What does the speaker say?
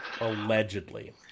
Allegedly